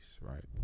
Right